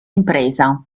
impresa